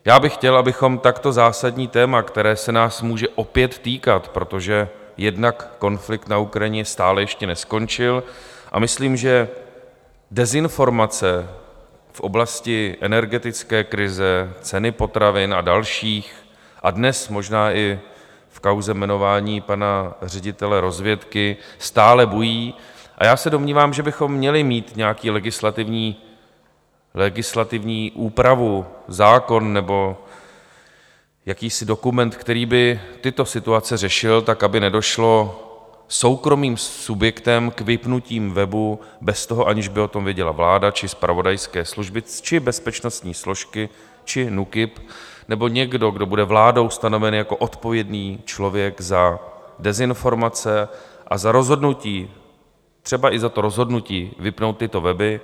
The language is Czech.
Já bych chtěl, abychom takto zásadní téma, které se nás může opět týkat, protože jednak konflikt na Ukrajině stále ještě neskončil a myslím, že dezinformace v oblasti energetické krize, ceny potravin a dalších a dnes možná i v kauze jmenování pana ředitele rozvědky stále bují, a já se domnívám, že bychom měli mít nějakou legislativní úpravu, zákon nebo jakýsi dokument, který by tyto situace řešil tak, aby nedošlo soukromým subjektem k vypnutí webu, aniž by o tom věděla vláda či zpravodajské služby či bezpečnostní složky či NÚKIB nebo někdo, kdo bude vládou stanoven jako odpovědný člověk za dezinformace a za rozhodnutí, třeba i za to rozhodnutí vypnout tyto weby.